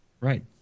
right